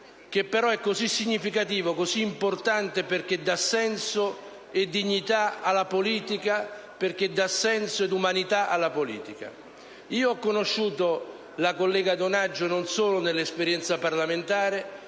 che però è così significativo, così importante, perché dà senso e dignità alla politica, perché dà senso ed umanità alla politica. Ho conosciuto la collega Donaggio non solo nell'esperienza parlamentare: